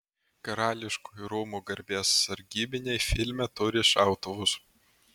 karališkųjų rūmų garbės sargybiniai filme turi šautuvus